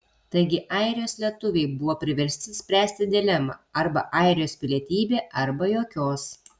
taigi airijos lietuviai buvo priversti spręsti dilemą arba airijos pilietybė arba jokios